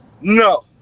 no